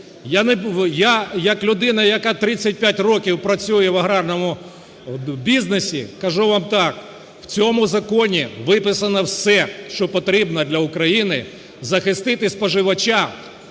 Я як людина, яка 35 років працює в аграрному бізнесі, кажу вам так: в цьому законі виписано все, що потрібно для України, захистити споживача,